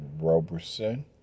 Roberson